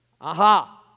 Aha